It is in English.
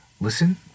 listen